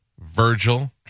Virgil